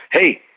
Hey